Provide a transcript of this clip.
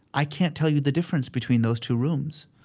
i can't tell you the difference between those two rooms.